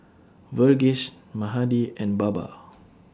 Verghese Mahade and Baba